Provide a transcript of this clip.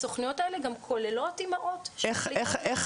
הסוכנויות האלה גם כוללות אימהות --- איך